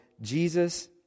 Jesus